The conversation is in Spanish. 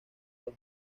los